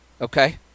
Okay